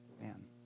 Man